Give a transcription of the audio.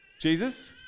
Jesus